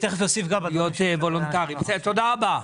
תודה רבה.